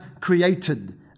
created